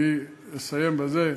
אני אסיים בזה,